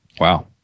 Wow